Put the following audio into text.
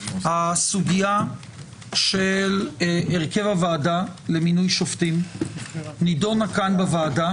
הסוגיה של הרכב הוועדה למינוי שופטים נדונה כאן בוועדה